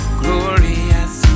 glorious